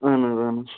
اہن حظ اہن حظ